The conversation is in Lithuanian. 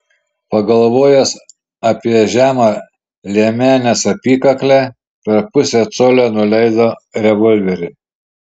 pagalvojęs apie žemą liemenės apykaklę per pusę colio nuleido revolverį